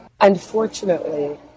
unfortunately